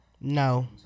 No